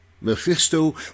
Mephisto